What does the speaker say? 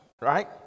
right